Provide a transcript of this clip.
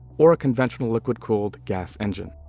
or a conventional liquid cooled gas engine.